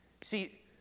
See